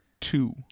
two